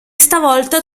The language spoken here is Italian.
stavolta